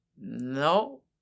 No